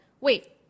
wait